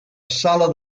sala